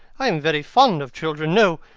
i am very fond of children. no!